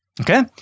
okay